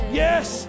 yes